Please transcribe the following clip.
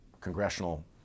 congressional